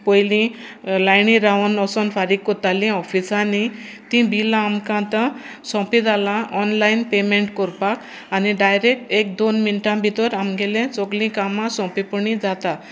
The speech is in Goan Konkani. पयलीं लायनी रावन वचून फारीक करतालीं ऑफिसांनी तीं बिलां आमकां आतां सोंपी जालां ऑनलायन पेमेंट करपाक आनी डायरेक्ट एक दोन मिनटां भितर आमगेलें सगलीं कामां सोंपीपणी जाता